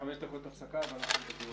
הישיבה ננעלה בשעה